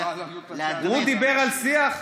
הוא דיבר על שיח?